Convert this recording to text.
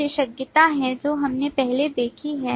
विशेषज्ञता है जो हमने पहले देखी है